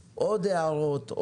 הערות,